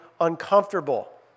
uncomfortable